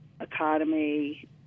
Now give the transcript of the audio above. economy